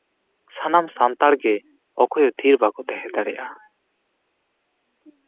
ᱥᱟᱱᱟᱢ ᱥᱟᱱᱛᱟᱲᱜᱮ ᱚᱠᱚᱭᱦᱚᱸ ᱛᱷᱤᱨ ᱵᱟᱠᱚ ᱛᱟᱦᱮᱸ ᱫᱟᱲᱮᱭᱟᱜᱼᱟ